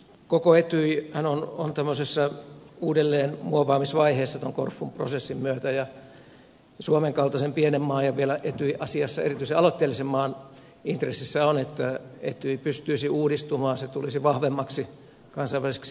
koko etyjhän on tämmöisessä uudelleenmuovaamisvaiheessa tuon korfun prosessin myötä ja suomen kaltaisen pienen maan ja vielä etyj asiassa erityisen aloitteellisen maan intressissä on että etyj pystyisi uudistumaan se tulisi vahvemmaksi kansainväliseksi järjestöksi